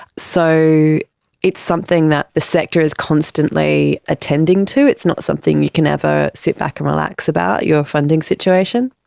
so it's something that the sector is constantly attending to. it's not something you can never sit back and relax about your funding situation.